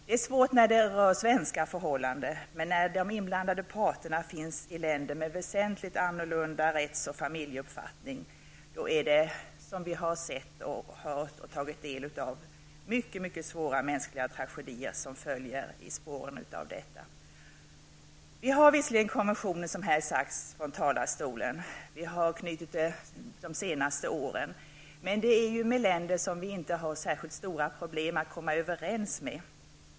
Det är svårt när det rör svenska förhållanden, men när de inblandade parterna finns i länder med väsentligt annorlunda rätts och familjeuppfattning följer -- som vi har sett, hört och tagit del av -- ofta mycket svåra mänskliga tragedier i spåren. Som här har sagts från talarstolen har vi visserligen de senaste åren fått konventioner, men det är med länder som vi inte har särskilt stora problem att komma överens med.